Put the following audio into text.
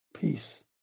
peace